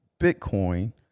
Bitcoin